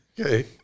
Okay